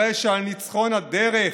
הרי שעל ניצחון הדרך,